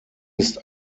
ist